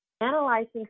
analyzing